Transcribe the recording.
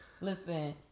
Listen